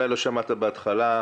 אולי לא שמעת בהתחלה,